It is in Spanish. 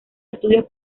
estudios